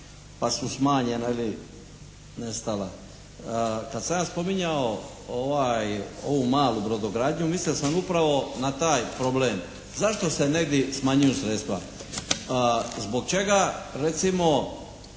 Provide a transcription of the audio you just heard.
pa su smanjena ili nestala. Kad sam ja spominjao ovu malu brodogradnju mislio sam upravo na taj problem. Zašto se negdje smanjuju sredstva? Zbog čega recimo